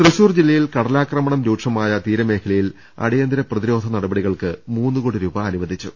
തൃശൂർ ജില്ലയിൽ കടലാക്രമണം രൂക്ഷമായ തീരമേഖല യിൽ അടിയന്തിര പ്രതിരോധ നടപടികൾക്ക് മൂന്നു കോടി രൂപ അനുവദിച്ചു